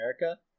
america